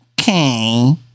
okay